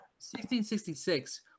1666